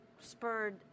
spurred